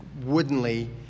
woodenly